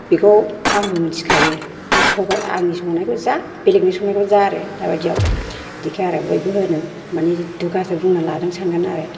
बेखौ आंबो मोनथिखायो सबा आंनि संनायखौ जा बेलेगनि संनायखौ जा आरो दा बायदियाव बिदिखा आरो बयबो होनो माने दुगाजों बुंना लादों सानगोन आरो